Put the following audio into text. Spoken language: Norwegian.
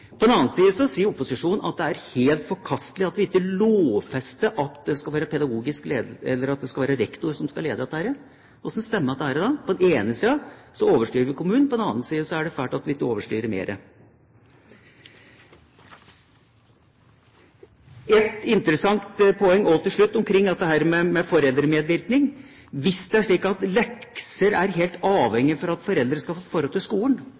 På den andre siden sier opposisjonen at det er helt forkastelig at vi ikke lovfester at det skal være rektor som skal lede dette. Hvordan kan dette stemme? På den ene siden overstyrer vi kommunen og på den andre siden er det fælt at vi ikke overstyrer mer. Et interessant poeng til slutt rundt dette med foreldremedvirkning: Hvis det er slik at en er helt avhengig av lekser for at foreldre skal få et forhold til skolen